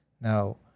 Now